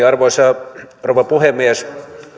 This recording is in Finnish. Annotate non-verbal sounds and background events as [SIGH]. [UNINTELLIGIBLE] arvoisa rouva puhemies kun